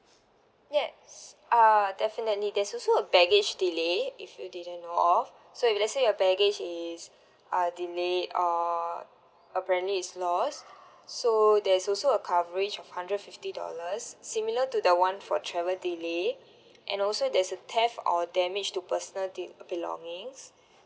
yes uh definitely there's also a baggage delay if you didn't know of so if let's say your baggage is uh delayed or apparently is lost so there's also a coverage of hundred fifty dollars similar to the [one] for travel delay and also there's a theft or damage to personal de~ belongings